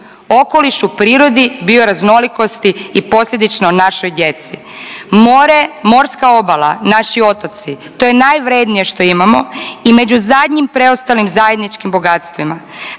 okolišu, prirodi, bioraznolikosti i posljedično našoj djeci. More, morska obala, naši otoci to je najvrijednije što imamo i među zadnjim preostalim zajedničkim bogatstvima.